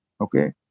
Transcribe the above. Okay